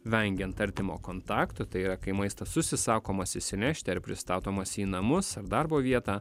vengiant artimo kontakto tai yra kai maistas užsisakomas išsinešti ar pristatomas į namus ar darbo vietą